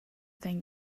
thing